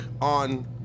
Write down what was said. on